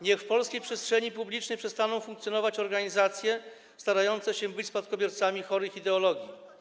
Niech w polskiej przestrzeni publicznej przestaną funkcjonować organizacje starające się być spadkobiercami chorych ideologii.